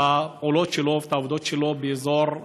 הפעולות שלו ואת העבודות שלו באזור הנגב,